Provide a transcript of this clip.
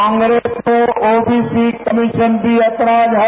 कांग्रेस को ओबीसी कमीरान पर ऐतराज है